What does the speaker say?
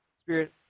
spirit